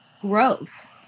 growth